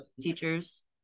teachers